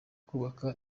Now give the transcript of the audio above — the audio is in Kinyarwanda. kubaka